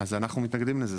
אז אנחנו מתנגדים לזה.